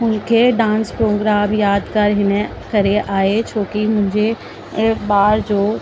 मूंखे dance program यादगार हिन करे आहे छो कि मुंहिंजे ॿार जो